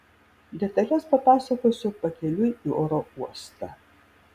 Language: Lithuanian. detales papasakosiu pakeliui į oro uostą